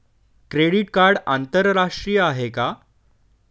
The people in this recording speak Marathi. क्रेडिट कार्ड आंतरराष्ट्रीय आहे का?